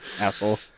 asshole